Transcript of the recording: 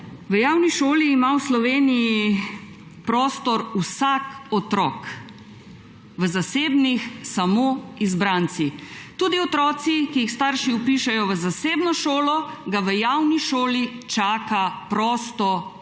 V javni šoli ima v Sloveniji prostor vsak otrok, v zasebnih samo izbranci. Tudi otroke, ki jih starši vpišejo v zasebno šolo, v javni šoli čaka prosto mesto.